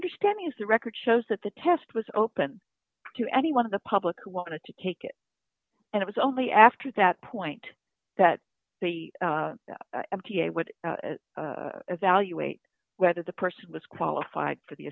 understanding is the record shows that the test was open to anyone of the public who wanted to take it and it was only after that point that the m t a would evaluate whether the person was qualified for the